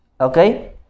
okay